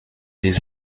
les